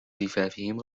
زفافهم